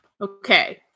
Okay